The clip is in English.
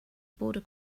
border